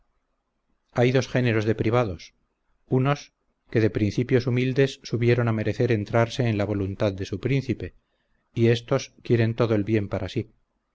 hay dos géneros de privados unos que de principios humildes subieron a merecer entrarse en la voluntad de su príncipe y estos quieren todo el bien para sí